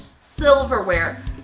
silverware